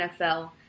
NFL